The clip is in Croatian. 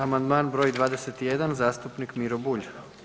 Amandman br. 21 zastupnik Miro Bulj.